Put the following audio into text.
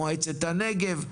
מועצת הנגב,